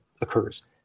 occurs